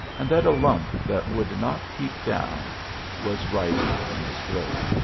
and that a lump that would not keep down was rising in his throat.